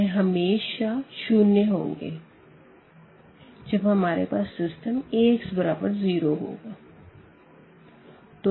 यह हमेशा शून्य होंगे जब हमारे पास सिस्टम Ax बराबर 0 होगा